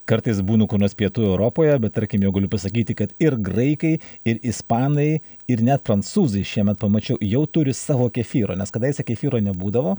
kartais būnu kur nors pietų europoje bet tarkim jau galiu pasakyti kad ir graikai ir ispanai ir net prancūzai šiemet pamačiau jau turi savo kefyro nes kadaise kefyro nebūdavo